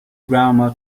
grandma